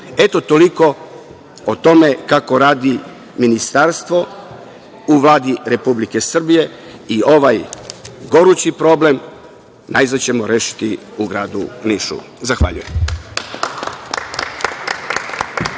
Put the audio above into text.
evra. Toliko o tome kako radi Ministarstvo u Vladi Republike Srbije i ovaj gorući problem najzad ćemo rešiti u gradu Nišu. Zahvaljujem.